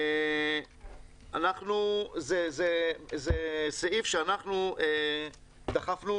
זה סעיף שאנחנו דחפנו